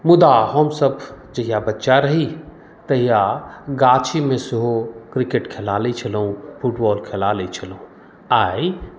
मुदा हमसब जहिया बच्चा रही तहिया गाछीमे सेहो क्रिकेट खेला लैत छलहुॅं फुटबॉल खेला लैत छलहुॅं आइ